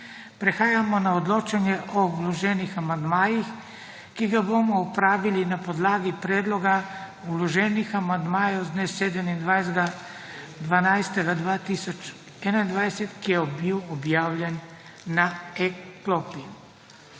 Prehajamo na odločanje o vloženih amandmajih, ki ga bomo opravili na podlagi predloga vloženih amandmajev z dne 27. 12. 2021, ki je bil objavljen na e-klopi.